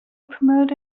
promote